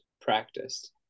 practiced